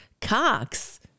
cocks